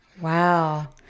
wow